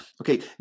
okay